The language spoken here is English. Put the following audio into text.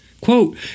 Quote